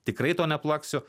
tikrai to neplaksiu